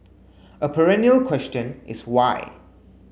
a perennial question is why